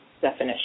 definition